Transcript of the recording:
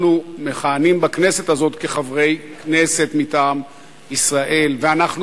אנחנו מכהנים בכנסת הזאת כחברי כנסת מטעם ישראל ואנחנו